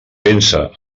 pensa